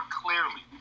clearly